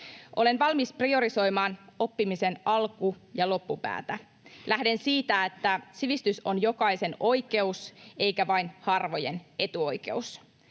Olen valmis priorisoimaan oppimisen alku- ja loppupäätä. Lähden siitä, että sivistys on jokaisen oikeus eikä vain harvojen etuoikeus.